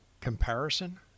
comparison